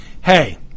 hey